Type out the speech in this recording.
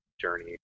journey